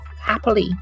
happily